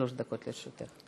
שלוש דקות לרשותך.